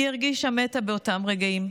היא הרגישה מתה באותם רגעים,